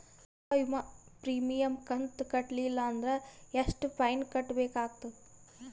ತಿಂಗಳ ವಿಮಾ ಪ್ರೀಮಿಯಂ ಕಂತ ಕಟ್ಟಲಿಲ್ಲ ಅಂದ್ರ ಎಷ್ಟ ಫೈನ ಕಟ್ಟಬೇಕಾಗತದ?